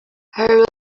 her